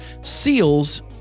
Seals